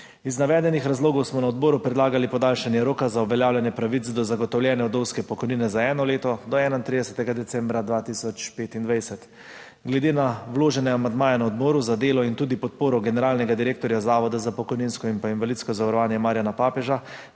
Iz navedenih razlogov smo na odboru predlagali podaljšanje roka za uveljavljanje pravic do zagotovljene vdovske pokojnine za eno leto do 31. decembra 2025. Glede na vložene amandmaje na Odboru za delo in tudi podporo generalnega direktorja Zavoda za pokojninsko in invalidsko zavarovanje, Marijana Papeža,